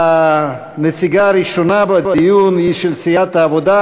הנציגה הראשונה בדיון היא של סיעת העבודה,